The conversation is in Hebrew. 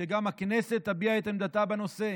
שגם הכנסת תביע את עמדתה בנושא,